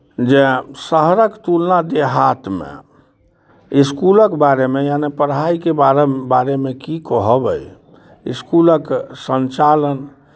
जे शहरक तुलना देहातमे इसकुलक बारेमे यानि पढ़ाइके बारे बारेमे की कहब अइ इसकुलक संचालन